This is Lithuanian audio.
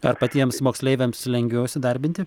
ar patiems moksleiviams lengviau įsidarbinti